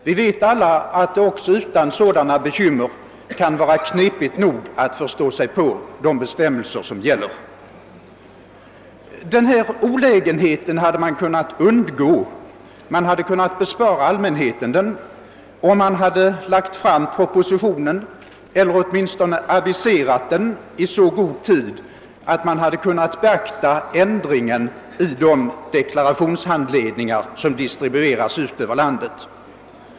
Vi vet alla att det också utan sådana extra bekymmer kan vara knepigt nog att förstå sig på de bestämmelser som gäller. Man hade kunnat bespara allmänheten denna olägenhet, om man hade lagt fram propositionen eller åtminstone aviserat den i så god tid, att man hade kunnat beakta ändringen i de deklarationshandledningar som <distribueras.